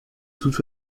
toutes